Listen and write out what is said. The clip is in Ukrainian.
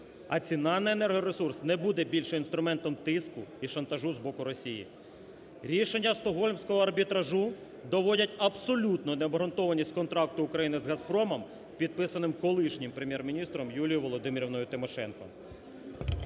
а ціна на енергоресурс не буде більше інструментом тиску і шантажу з боку Росії. Рішення Стокгольмського арбітражу доводять абсолютну необґрунтованість контракту України з "Газпромом", підписаним колишнім Прем'єр-міністром Юлією Володимирівною Тимошенко.